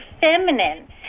feminine